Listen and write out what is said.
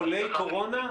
חולי קורונה?